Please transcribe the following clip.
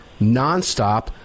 nonstop